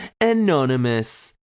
anonymous